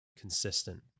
consistent